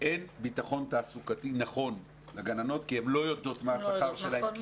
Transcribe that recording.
אין ביטחון תעסוקתי לגננות כי הן לא יודעות מה השכר שלהן,